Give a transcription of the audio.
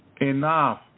enough